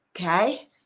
okay